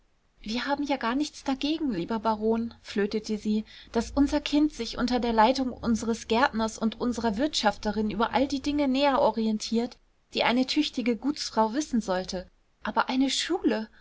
wir haben ja gar nichts dagegen lieber baron flötete sie daß unser kind sich unter der leitung unseres gärtners und unserer wirtschafterin über all die dinge näher orientiert die eine tüchtige gutsfrau wissen sollte aber eine schule